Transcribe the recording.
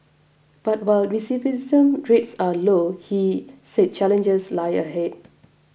but while recidivism rates are low he said challenges lie ahead